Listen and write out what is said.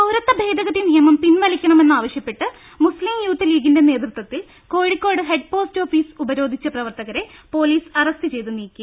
പൌരത്വ ഭേദഗതി നിയമം പിൻവലിക്കണ മെന്നാവശ്യപ്പെട്ട് മുസ്ലീം യൂത്ത് ലീഗിന്റെ നേതൃത്വത്തിൽ കോഴിക്കോട് ഹെഡ് പോസ്റ്റ് ഓഫിസ് ഉപരോധിച്ച പ്രവർത്തകരെ പോലീസ് അറസ്റ്റ് ചെയ്ത് നീക്കി